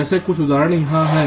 जैसे कुछ उदाहरण यहाँ हैं